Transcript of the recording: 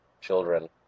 children